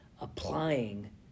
applying